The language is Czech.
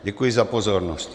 Děkuji za pozornost.